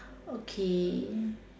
okay